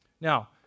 Now